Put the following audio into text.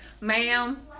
ma'am